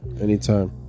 anytime